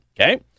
Okay